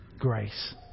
grace